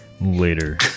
later